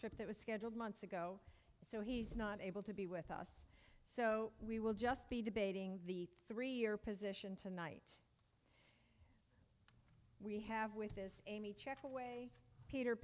trip that was scheduled months ago so he's not able to be with us so we will just be debating the three year position tonight we have with this amy checked with peter